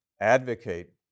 advocate